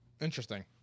Interesting